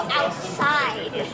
outside